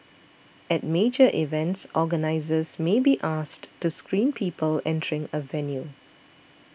at major events organisers may be asked to screen people entering a venue